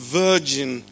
virgin